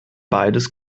beides